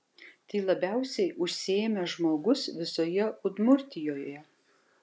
tai labiausiai užsiėmęs žmogus visoje udmurtijoje